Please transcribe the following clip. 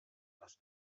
das